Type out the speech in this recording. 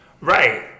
right